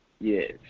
Yes